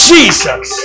Jesus